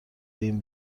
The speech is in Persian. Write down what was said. این